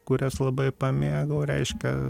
kurias labai pamėgau reiškia